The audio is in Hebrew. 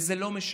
וזה לא משנה.